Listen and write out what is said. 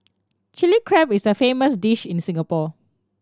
Chilli Crab is a famous dish in Singapore